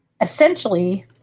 essentially